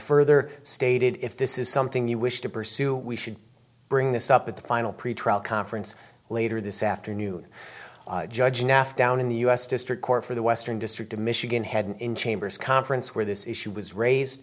further stated if this is something you wish to pursue we should bring this up at the final pretrial conference later this afternoon judge nath down in the u s district court for the western district of michigan had in chambers conference where this issue was raised